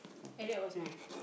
ya that was mine